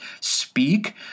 speak